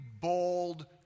bold